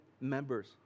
Members